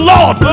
Lord